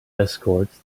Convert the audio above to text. escorts